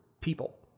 people